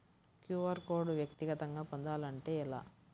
QR code వ్యక్తిగతంగా పొందాలంటే ఎలా?